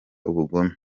ubugome